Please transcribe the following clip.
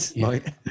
right